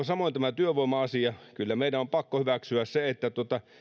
samoin tämä työvoima asia kyllä meidän on pakko hyväksyä se että